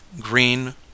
green